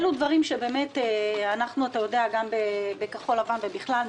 גם בכחול לבן ובכלל,